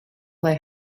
they